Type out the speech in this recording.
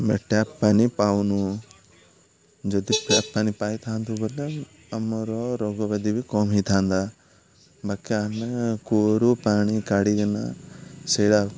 ଆମେ ଟ୍ୟାପ୍ ପାଣି ପାଉନୁ ଯଦି ଟ୍ୟାପ୍ ପାଣି ପାଇଥାନ୍ତୁ ବୋଲେ ଆମର ରୋଗବ୍ୟାଧି ବି କମ୍ ହେଇଥାନ୍ତା ବାକି ଆମେ କୂଅରୁ ପାଣି କାଢ଼ିକିନା ସେଇଟା